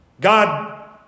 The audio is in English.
God